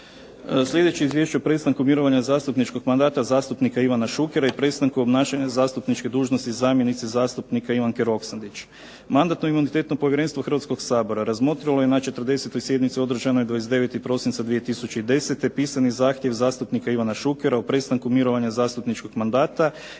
Sljedeće izvješće o prestanku mirovanja zastupničkog mandata zastupnika Ivana Šukera i prestanku obnašanja zastupničke dužnosti zamjenice zastupnika Ivanke Roksandić. Mandatno-imunitetno povjerenstvo Hrvatskog sabora razmotrilo je na 40. sjednici održanoj 29. prosinca 2010. pisani zahtjev zastupnika Ivana Šukera o prestanku mirovanja zastupničkog mandata